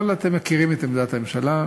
אבל אתם מכירים את עמדת הממשלה,